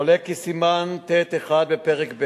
עולה כי סימן ט'1 בפרק ב'